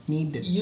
Needed